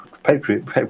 Patriot